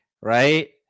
right